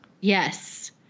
yes